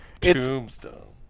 Tombstone